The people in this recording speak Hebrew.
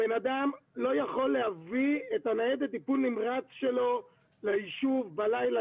הבן אדם לא יכול להביא את ניידת הטיפול הנמרץ שלו ליישוב בלילה,